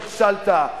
נכשלת,